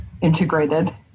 integrated